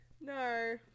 No